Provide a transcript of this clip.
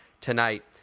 tonight